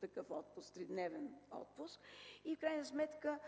краткосрочен 3-дневен отпуск, в крайна сметка